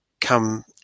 come